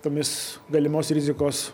tomis galimos rizikos